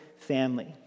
family